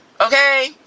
okay